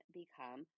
become